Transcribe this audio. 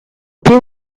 primo